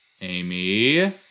Amy